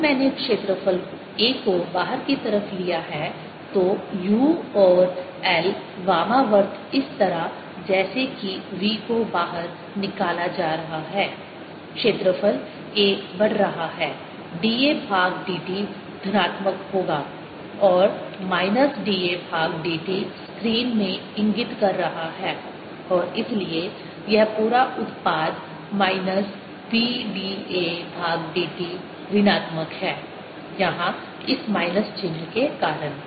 अगर मैंने क्षेत्रफल A को बाहर की तरफ लिया है तो u और l वामावर्त इस तरह जैसे कि v को बाहर निकाला जा रहा है क्षेत्रफल A बढ़ रहा है dA भाग dt धनात्मक होगा और माइनस dA भाग dt स्क्रीन में इंगित कर रहा है और इसलिए यह पूरा उत्पाद माइनस b d a भाग dt ऋणात्मक है यहां इस माइनस चिह्न के कारण